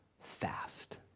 fast